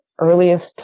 earliest